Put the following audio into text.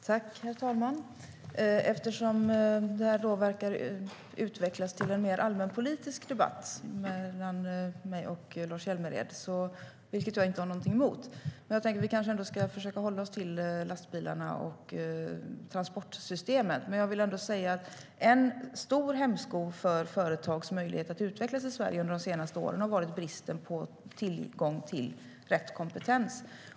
Herr ålderspresident! Detta verkar utvecklas till en mer allmänpolitisk debatt mellan Lars Hjälmered och mig, vilket jag inte har någonting emot. Jag tänkte att vi skulle försöka hålla oss till lastbilarna och transportsystemet, men jag vill ändå säga att en stor hämsko för företags möjlighet att utvecklas i Sverige under de senaste åren har varit bristen på tillgång till rätt kompetens.